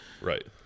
Right